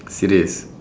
serious